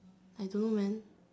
I don't know man